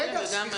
כל אחד